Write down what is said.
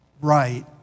right